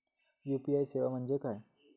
UPI सेवा म्हणजे काय?